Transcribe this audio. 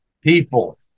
people